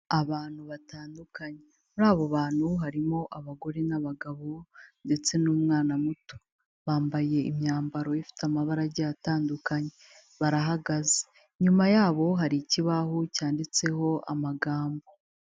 Abantu batandukanye, muri abo bantu harimo abagore n'abagabo ndetse n'umwana muto, bambaye imyambaro ifite amabara agiye atandukanye barahagaze, inyuma yabo hari ikibaho cyanditseho amagambo.